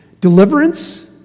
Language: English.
Deliverance